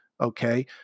Okay